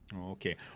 Okay